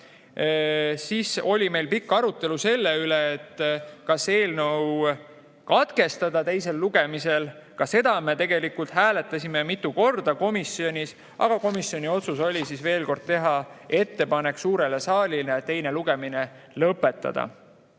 Siis oli meil pikk arutelu selle üle, kas eelnõu katkestada teisel lugemisel. Ka seda me hääletasime mitu korda komisjonis. Komisjoni otsus oli, veel kord, teha ettepanek suurele saalile teine lugemine lõpetada